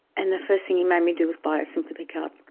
and the first thing he made me do was buy a sympathy card.